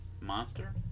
Monster